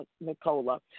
Nicola